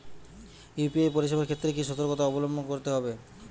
UPI পরিসেবার ক্ষেত্রে কি সতর্কতা অবলম্বন করতে হবে?